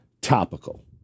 topical